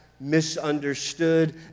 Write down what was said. misunderstood